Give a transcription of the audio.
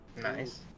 nice